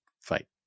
fight